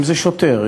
אם שוטר,